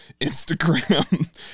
instagram